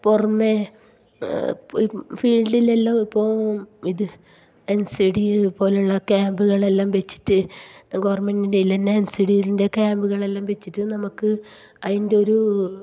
പുറമേ ഫീൽഡിലെല്ലാം ഇപ്പോൾ ഇത് എൻ സി ഡി പോലുള്ള ക്യാമ്പുകളെല്ലാം വച്ചിട്ട് ഗവൺമെൻറ്റിൻ്റെ ഇതിൽ തന്നെ എൻ സി ടിൻ്റെ ക്യാമ്പുകളെല്ലാം വച്ചിട്ട് നമുക്ക് അതിൻ്റെ ഒരു